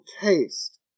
taste